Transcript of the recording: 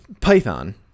python